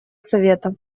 совета